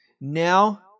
Now